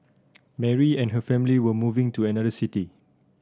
Mary and her family were moving to another city